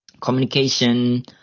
communication